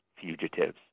fugitives